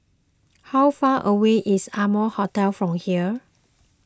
how far away is Amoy Hotel from here